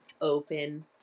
open